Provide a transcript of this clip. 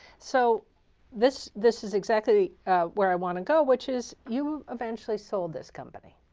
so this this is exactly where i want to go, which is you eventually sold this company.